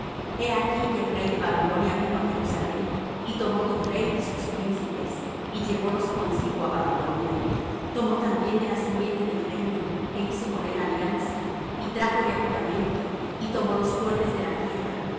he aquí que el rey de babilonia vino á jerusalem y tomó tu rey y sus príncipes y llevólos consigo á babilonia tomó también de la simiente del reino é hizo con él alianza y trájole á juramento y tomó los fuertes de la tierra